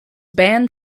banned